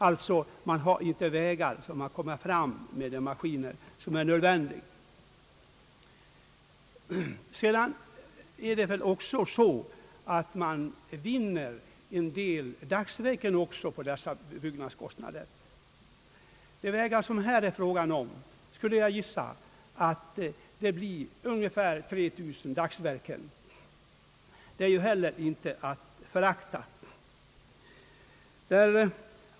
Man har där inte vägar för att få fram de maskiner som är nödvändiga. Sedan är det väl så att man också vinner en del dagsverken tack vare dessa vägbyggnader. Jag skulle gissa att de vägar som det här är fråga om kräver ungefär 3 000 dagsverken. Det är heller inte att förakta.